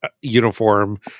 uniform